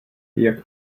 jak